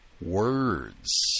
Words